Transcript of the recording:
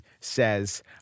says